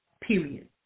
Period